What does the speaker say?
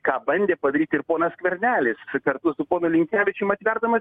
ką bandė padaryti ir ponas skvernelis kartu su ponu linkevičium atverdamas